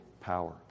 power